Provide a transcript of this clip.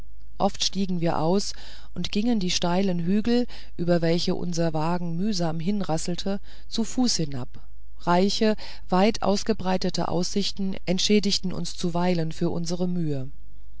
oft stiegen wir aus und gingen die steilen hügel über welche unser wagen mühsam hinrasselte zu fuß hinab reiche weit ausgebreitete aussichten entschädigten uns zuweilen für unsere mühe